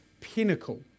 pinnacle